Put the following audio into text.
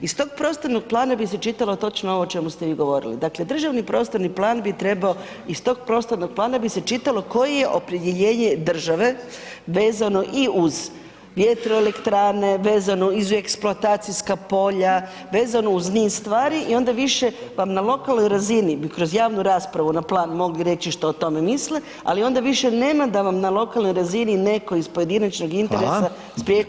Iz tog prostornog plana bi se čitalo točno ovo o čemu ste vi govorili, dakle državni prostorni plan bi trebao, iz tog prostornog plana bi se čitalo koje je opredjeljenje države vezano i uz vjetroelektrane, vezano i uz eksploatacijska polja, vezano uz niz stvari i onda više vam na lokalnoj razini bi kroz javnu raspravu na plan mogli reći što o tome misle, ali onda više nema da vam na lokalnoj razini neko iz pojedinačnog interesa [[Upadica: Hvala]] sprječava pojedini projekt.